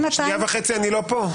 וחצי אני לא כאן.